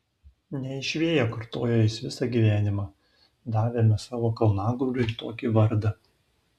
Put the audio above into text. ne iš vėjo kartojo jis visą gyvenimą davėme savo kalnagūbriui tokį vardą